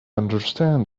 understand